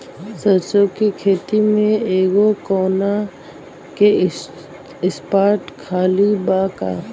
सरसों के खेत में एगो कोना के स्पॉट खाली बा का?